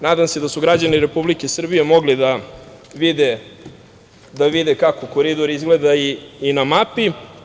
Nadam se da su građani Republike Srbije mogli da vide kako koridor izgleda i na mapi.